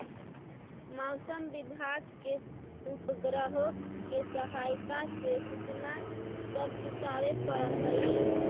मौसम विभाग के उपग्रहों के सहायता से सूचना सब जुटाबे पड़ हई